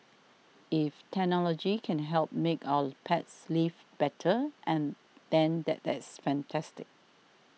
if technology can help make our pets lives better and than that is fantastic